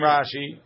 Rashi